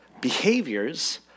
behaviors